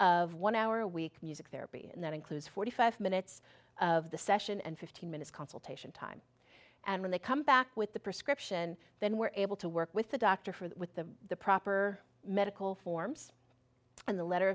of one hour a week music therapy and that includes forty five minutes of the session and fifteen minutes consultation time and when they come back with the prescription then we're able to work with the doctor for that with the proper medical forms and the letter